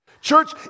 Church